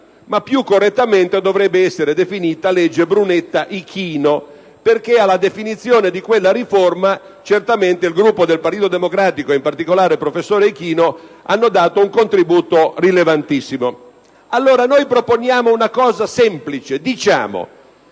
ma più correttamente dovrebbe essere chiamata legge Brunetta-Ichino, perché alla definizione da quella riforma certamente il Gruppo del Partito Democratico e, in particolare, il professor Ichino hanno dato un contributo rilevantissimo. Avanziamo dunque una proposta semplice: associamo